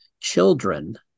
children